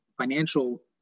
financial